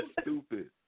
stupid